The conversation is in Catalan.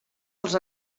els